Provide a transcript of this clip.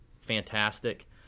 fantastic